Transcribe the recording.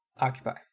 occupy